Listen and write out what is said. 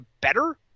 better